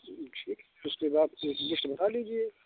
ठीक उसके बाद लिस्ट बना लीजिए